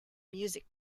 music